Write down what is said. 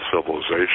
civilization